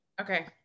okay